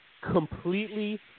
completely